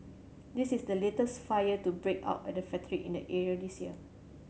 this is the latest fire to break out at a factory in the area this year